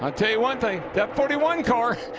i tell you one thing, that forty one car,